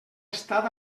estat